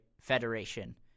Federation